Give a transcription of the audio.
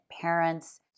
parents